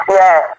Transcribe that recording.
yes